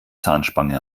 zahnspange